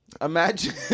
Imagine